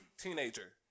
teenager